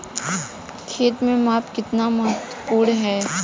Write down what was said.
खेत में माप कितना महत्वपूर्ण है?